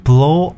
Blow